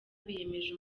biyemeje